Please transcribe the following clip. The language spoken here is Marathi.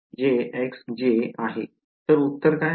तर उत्तर आहे